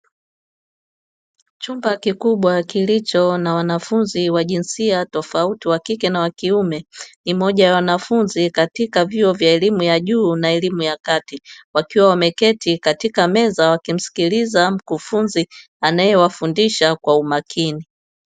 Chumba kikubwa kilicho na wanafunzi wa jinsia tofauti wa kike na wa kiume, ni moja ya wanafunzi katika vyuo vya elimu ya juu na elimu ya kati. Wakiwa wameketi katika meza wakimsikiliza mkufunzi, anayewafundisha kwa umakini.